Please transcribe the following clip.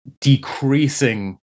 decreasing